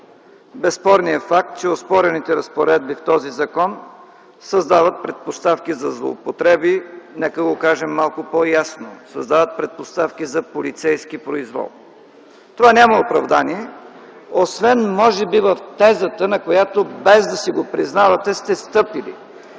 безспорния факт, че оспорените разпоредби в този закон създават предпоставки за злоупотреби, нека го кажем малко по-ясно – създават предпоставки за полицейски произвол. Това няма оправдание, освен може би в тезата, на която, без да си го признавате, сте стъпили.